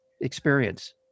experience